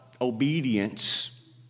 obedience